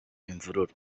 imvururu